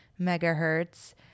megahertz